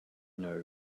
know